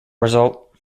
result